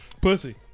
Pussy